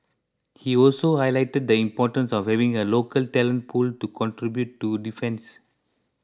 he also highlighted the importance of having a local talent pool to contribute to defence